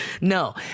no